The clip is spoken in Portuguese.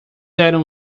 eram